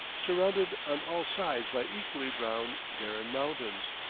surrounded on all sides by equally brown, barren mountains.